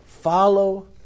follow